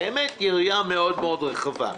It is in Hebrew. באמת יריעה מאוד-מאוד רחבה.